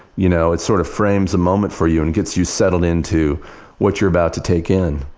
you know it sort of frames a moment for you and gets you settled into what you're about to take in.